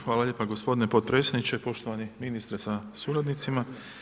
Hvala lijepa gospodine potpredsjedniče, poštovani ministre sa suradnicima.